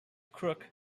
crook